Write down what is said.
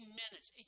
minutes